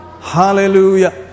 Hallelujah